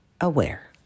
aware